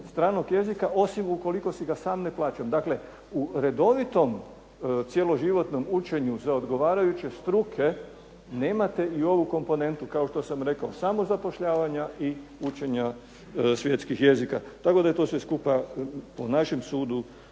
stranog jezika osim ukoliko si ga sam ne plaćam. Dakle, u redovitom cjeloživotnom učenju za odgovarajuće struke nemate i ovu komponentu, kao što sam rekao samozapošljavanja i učenja svjetskih jezika. Tako da je to sve skupa po našem sudu